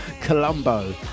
Colombo